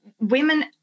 women